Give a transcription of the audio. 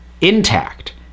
intact